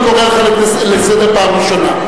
אני קורא אותך לסדר פעם ראשונה.